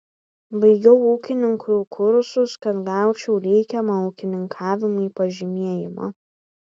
baigiau ūkininkų kursus kad gaučiau reikiamą ūkininkavimui pažymėjimą